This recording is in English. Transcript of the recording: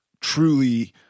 truly –